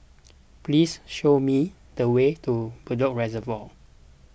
please show me the way to Bedok Reservoir